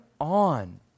on